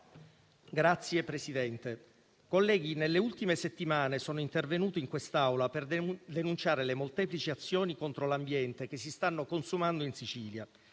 Signor Presidente, nelle ultime settimane sono intervenuto in quest'Aula per denunciare le molteplici azioni contro l'ambiente che si stanno consumando in Sicilia: